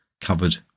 covered